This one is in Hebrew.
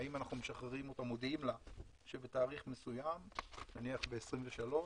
האם אנחנו מודיעים לה שבתאריך מסוים, נניח ב-23',